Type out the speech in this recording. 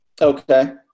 Okay